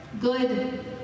Good